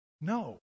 No